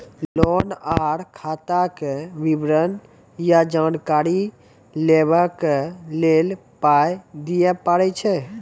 Loan आर खाताक विवरण या जानकारी लेबाक लेल पाय दिये पड़ै छै?